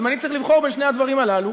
אם אני צריך לבחור בין שני הדברים הללו,